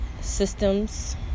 systems